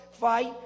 fight